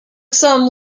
some